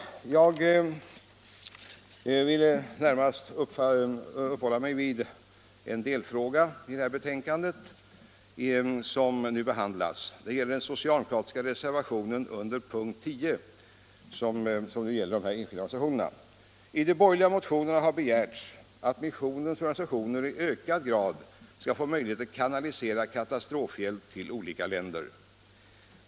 Jag vill närmast uppehålla mig vid en delfråga i det betänkande som nu behandlas. Det gäller den socialdemokratiska reservationen under punkten 10, som just behandlar stödet till enskilda organisationers verksamhet. I borgerliga motioner har begärts att missionens organisationer i ökad grad skall få möjlighet att kanalisera katastrofhjälp till olika länder.